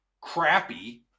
crappy